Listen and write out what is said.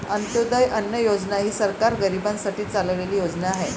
अंत्योदय अन्न योजना ही सरकार गरीबांसाठी चालवलेली योजना आहे